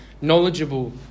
knowledgeable